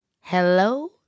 Hello